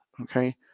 Okay